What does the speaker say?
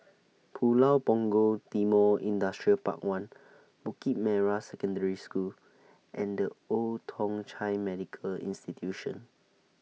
Pulau Punggol Timor Industrial Park one Bukit Merah Secondary School and The Old Thong Chai Medical Institution